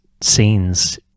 scenes